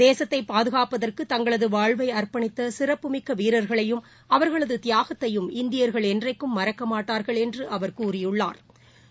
தேசத்தை பாதுகாப்பதற்கு தங்களது வாழ்வை அர்ப்பணித்த சிறப்புமிக்க வீரர்களையும் அவர்களது தியாகத்தையும் இந்தியா்கள் என்றைக்கும் மறக்க மாட்டாா்கள் என்று அவர் கூறியுள்ளாா்